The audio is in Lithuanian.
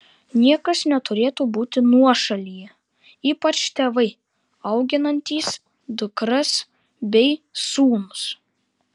niekas neturėtų būti nuošalyje ypač tėvai auginantys dukras bei sūnus